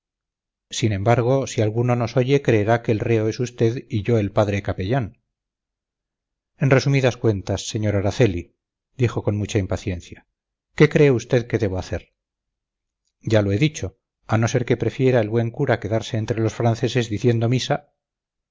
sin embargo si alguno nos oye creerá que el reo es usted y yo el padre capellán en resumidas cuentas sr araceli dijo con mucha impaciencia qué cree usted que debo hacer ya lo he dicho a no ser que prefiera el buen cura quedarse entre los franceses diciendo misa